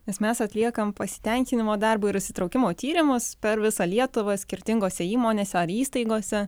nes mes atliekame pasitenkinimo darbo ir įsitraukimo tyrimus per visą lietuvą skirtingose įmonėse ar įstaigose